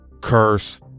curse